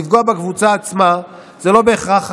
לפגוע בקבוצה עצמה, זה לא בהכרח חכם.